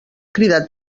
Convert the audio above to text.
cridat